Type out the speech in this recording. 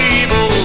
evil